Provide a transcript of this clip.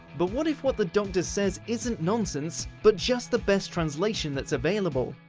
but what if what the doctor says isn't nonsense, but just the best translation that's available.